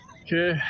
Okay